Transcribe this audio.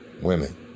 women